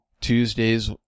Tuesdays